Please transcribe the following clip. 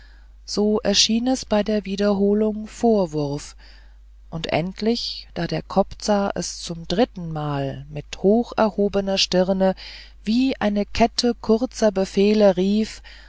so erschien es bei der wiederholung vorwurf und endlich da der kobzar es zum drittenmal mit hocherhobener stirne wie eine kette kurzer befehle rief